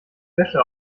wäsche